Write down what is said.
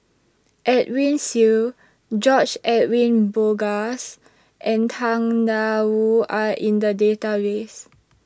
Edwin Siew George Edwin Bogaars and Tang DA Wu Are in The Database